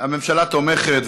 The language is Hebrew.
הממשלה תומכת?